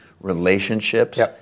relationships